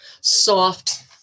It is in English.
Soft